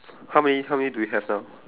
how many how many do we have now